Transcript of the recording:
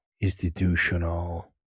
institutional